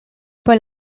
paul